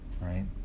right